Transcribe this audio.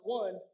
one